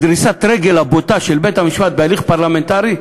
דריסת הרגל הבוטה של בית-המשפט בהליך פרלמנטרי,